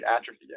atrophy